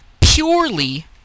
purely